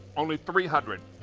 only three hundred.